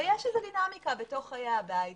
ויש דינמיקה בתוך חיי הבית.